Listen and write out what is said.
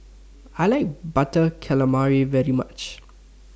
I like Butter Calamari very much